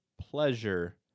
pleasure